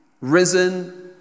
risen